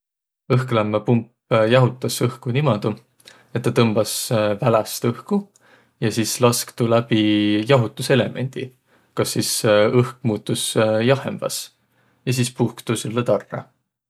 Õhklämmäpump jahutas õhku niimuudu, et tuu tõmbas väläst õhku ja sis lask tuu läbi jahutuselemendi, koh sis õhk muutus jahhembas. Ja sis puhk tuu sullõ tarrõ.